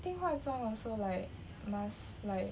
think 化妆 also like must like